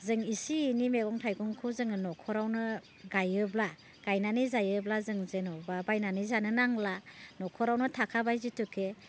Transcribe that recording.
जों एसे एनै मैगं थाइगंखौ जोङो न'खरावनो गायोब्ला गायनानै जायोब्ला जों जेनेबा बायनानै जानो नांला न'खरावनो थाखाबाय जेथुखे